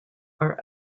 are